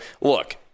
look